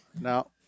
No